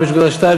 5.2,